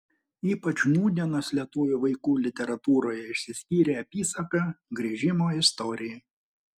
ypač nūdienos lietuvių vaikų literatūroje išsiskyrė apysaka grįžimo istorija